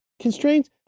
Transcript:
constraints